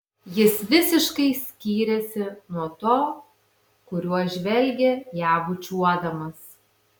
jis visiškai skyrėsi nuo to kuriuo žvelgė ją bučiuodamas